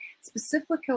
Specifically